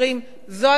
זו ההזדמנות.